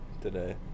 today